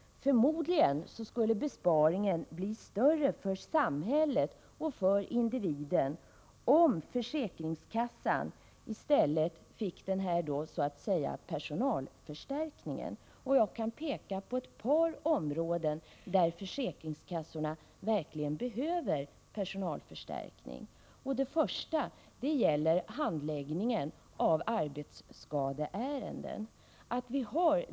Förmodligen skulle besparingen bli större för samhället och för individen, om försäkringskassan i stället fick en personalförstärkning. Jag kan peka på ett par områden där försäkringskassorna verkligen behöver personalförstärkning. Det första området gäller handläggningen av arbetsskadeärenden.